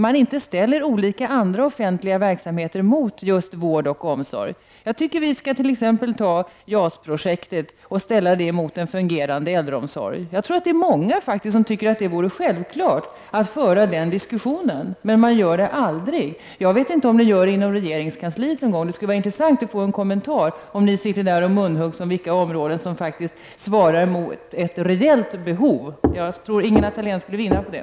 Man ställer inte andra offentliga verksamheter mot just vården och omsorgen. Jag tycker i stället att vi kunde ställa t.ex. JAS-projektet mot en fungerande äldreomsorg. Det är nog många som tycker att det är en självklarhet att föra den diskussionen. Men den förs aldrig. Jag vet inte om ens regeringskansliet någon gång för den diskussionen. Det skulle vara intressant att få en kommentar. Kanske brukar ni munhuggas om vilka områden som faktiskt svarar mot ett reellt behov. Jag tror att Ingela Thalén skulle vinna på det.